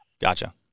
Gotcha